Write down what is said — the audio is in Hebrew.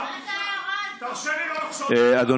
אני לא,